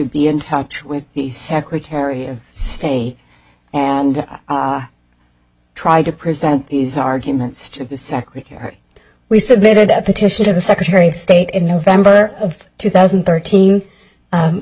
be in touch with the secretary of state and try to present these arguments to the secretary we submitted a petition to the secretary of state in november of two thousand and thirteen